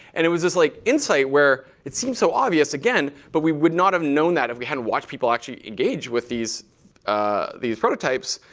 and it was this like insight where it seemed so obvious, again, but we would not have known that if we hadn't watched people actually engage with these ah these prototypes.